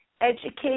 educate